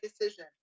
decision